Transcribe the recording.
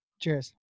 Cheers